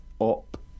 up